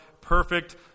perfect